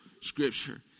scripture